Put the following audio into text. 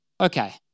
Okay